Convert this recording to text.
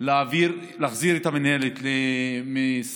היא להחזיר את המינהלת למשרד